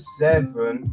seven